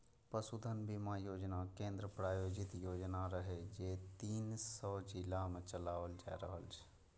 पशुधन बीमा योजना केंद्र प्रायोजित योजना रहै, जे तीन सय जिला मे चलाओल जा रहल छै